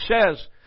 says